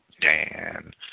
Dan